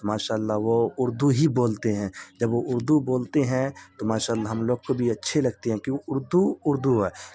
تو ماشاء اللہ وہ اردو ہی بولتے ہیں جب وہ اردو بولتے ہیں تو ماشاء اللہ ہم لوگ کو بھی اچھے لگتے ہیں کیونکہ اردو اردو ہے